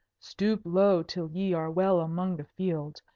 stoop low till ye are well among the fields,